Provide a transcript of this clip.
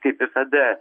kaip visada